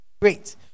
Great